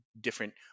different